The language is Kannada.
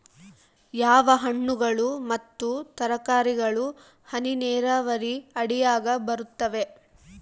ಯಾವ ಹಣ್ಣುಗಳು ಮತ್ತು ತರಕಾರಿಗಳು ಹನಿ ನೇರಾವರಿ ಅಡಿಯಾಗ ಬರುತ್ತವೆ?